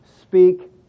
speak